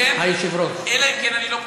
אני יכול, אלא אם כן אני לא פונה אליך.